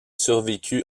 survécut